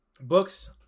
books